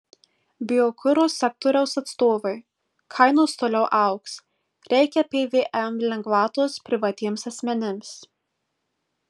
biokuro sektoriaus atstovai kainos toliau augs reikia pvm lengvatos privatiems asmenims